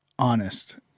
honest